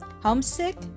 Homesick